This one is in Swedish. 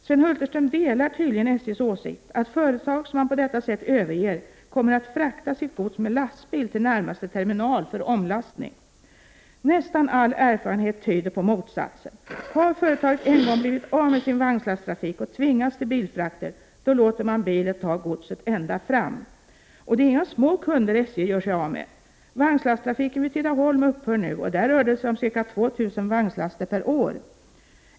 Sven Hulterström delar tydligen SJ:s åsikt att företag som man på detta sätt överger kommer att frakta sitt gods med lastbil till närmaste terminal för omlastning. Nästan all erfarenhet tyder på motsatsen. Om företaget en gång har blivit av med sin vagnslasttrafik och tvingats till bilfrakter, då låter företaget bilen ta godset ända fram. Det är inga små kunder SJ gör sig av med. Vagnslasttrafiken vid Tidaholm upphör nu, och där rörde det sig om ca 2 000 vagnslaster per år.